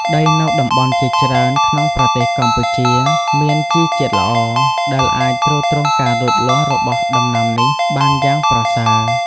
ដីនៅតំបន់ជាច្រើនក្នុងប្រទេសកម្ពុជាមានជីជាតិល្អ ដែលអាចទ្រទ្រង់ការលូតលាស់របស់ដំណាំនេះបានយ៉ាងប្រសើរ។